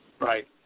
Right